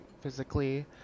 physically